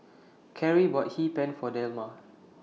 Karie bought Hee Pan For Delma